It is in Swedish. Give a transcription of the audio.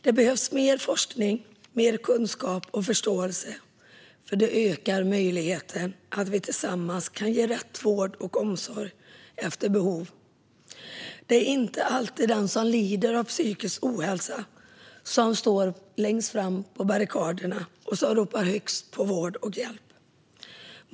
Det behövs mer forskning, kunskap och förståelse, för det ökar möjligheten till rätt vård och omsorg efter behov. Det är inte alltid den som lider av psykisk ohälsa som står längst fram på barrikaderna och ropar högst på vård och hjälp.